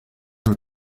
aux